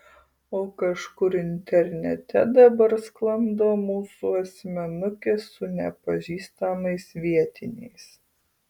o kažkur internete dabar sklando mūsų asmenukės su nepažįstamais vietiniais